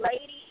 lady